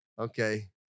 Okay